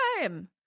time